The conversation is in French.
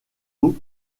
eau